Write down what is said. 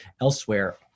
elsewhere